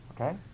Okay